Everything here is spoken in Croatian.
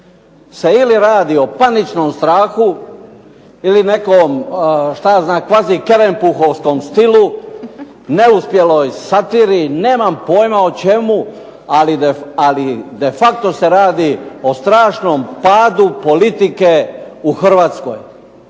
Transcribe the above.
se ili radi o paničnom strahu ili nekom šta ja znam kvazi kerempuhovskom stilu, neuspjeloj satiri, nemam pojma o čemu, ali de facto se radi o strašnom padu politike u Hrvatskoj,